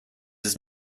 ist